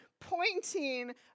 pointing